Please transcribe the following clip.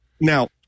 Now